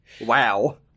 Wow